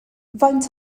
faint